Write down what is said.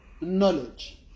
knowledge